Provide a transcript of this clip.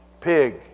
pig